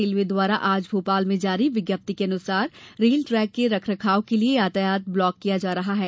railway द्वारा आज भोपाल में जारी विज्ञप्ति के अनुसार रेल ट्रेक के रख रखाव के लिए यातायात ब्लॉक लिया जा रहा है